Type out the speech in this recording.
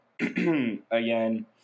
again